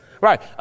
Right